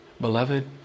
Beloved